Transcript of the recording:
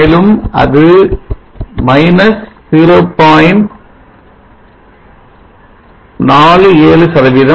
மேலும்அது - 0